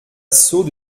seaux